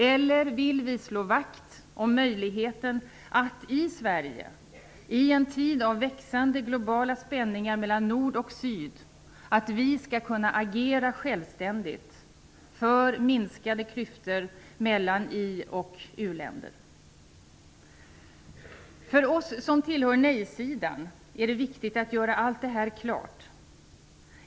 Eller vill vi slå vakt om möjligheten att vi i Sverige i en tid av växande globala spänningar mellan nord och syd skall kunna agera självständigt för minskade klyftor mellan i och u-länder? För oss som tillhör nej-sidan är det viktigt att göra allt detta klart.